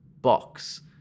box